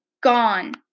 gone